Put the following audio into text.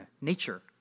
nature